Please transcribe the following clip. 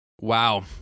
Wow